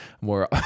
more